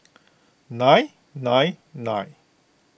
nine nine nine